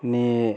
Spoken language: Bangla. নিয়ে